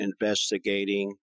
investigating